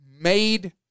made